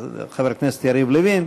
חבר הכנסת יריב לוין,